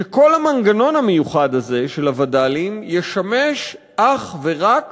שכל המנגנון המיוחד הזה של הווד"לים ישמש אך ורק